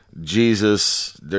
Jesus